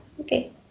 okay